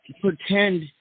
pretend